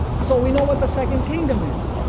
so we know what the second kingdom is.